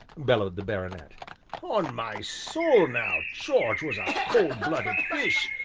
bellowed the baronet on my soul now, george was a cold-blooded fish,